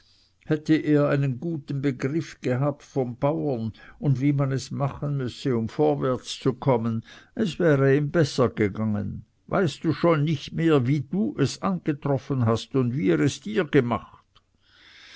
hätte er einen guten begriff gehabt vom bauern und wie man es machen müsse um vorwärtszukommen es wäre ihm besser gegangen weißt du schon nicht mehr wie du es angetroffen hast und wie er es dir gemacht